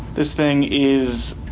this thing is,